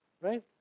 right